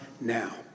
now